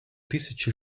тисячі